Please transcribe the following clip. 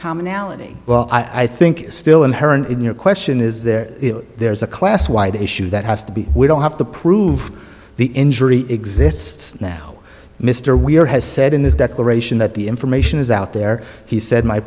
commonality well i think still inherent in your question is that there's a class wide issue that has to be we don't have to prove the injury exists now mr weir has said in this declaration that the information is out there he said my